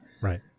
Right